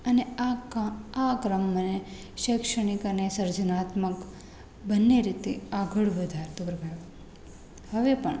અને આ ઉપક્રમ મને શૈક્ષણિક અને સર્જનાત્મક બંને રીતે આગળ વધારતો રહ્યો હવે પણ